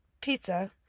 pizza